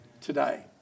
today